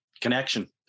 Connection